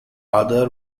other